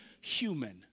human